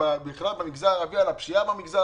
בכלל במגזר הערבי על הפשיעה,